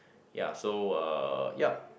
ya so uh yup